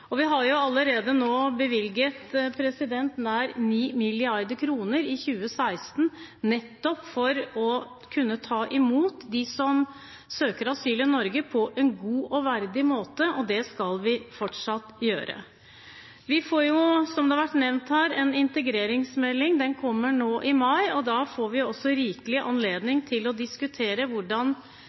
Vi har allerede bevilget nær 9 mrd. kr i 2016 nettopp for å kunne ta imot dem som søker asyl i Norge på en god og verdig måte, og det skal vi fortsatt gjøre. Vi får, som det har vært nevnt her, en integreringsmelding. Den kommer nå i mai, og da får vi også rikelig anledning til å diskutere hvordan